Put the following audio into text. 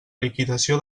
liquidació